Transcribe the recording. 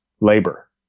labor